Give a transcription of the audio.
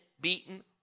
beaten